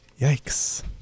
Yikes